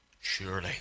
Surely